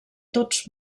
tots